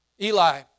Eli